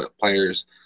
players